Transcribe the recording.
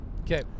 Okay